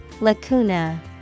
Lacuna